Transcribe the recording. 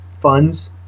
funds